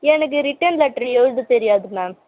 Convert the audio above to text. எனக்கு written letter எழுத தெரியாது மேம்